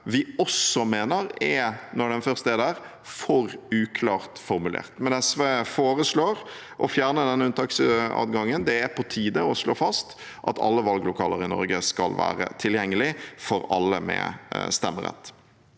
vi også mener er – når den først er der – for uklart formulert. SV foreslår å fjerne denne unntaksadgangen. Det er på tide å slå fast at alle valglokaler i Norge skal være tilgjengelige for alle med stemmerett.